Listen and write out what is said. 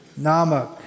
Namak